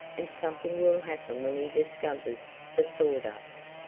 and something will happen when he discovers the sawdust.